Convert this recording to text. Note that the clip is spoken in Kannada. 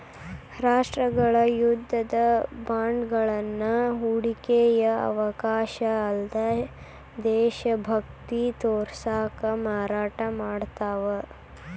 ರಾಷ್ಟ್ರಗಳ ಯುದ್ಧದ ಬಾಂಡ್ಗಳನ್ನ ಹೂಡಿಕೆಯ ಅವಕಾಶ ಅಲ್ಲ್ದ ದೇಶಭಕ್ತಿ ತೋರ್ಸಕ ಮಾರಾಟ ಮಾಡ್ತಾವ